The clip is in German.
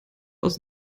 aus